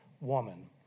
woman